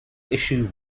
issue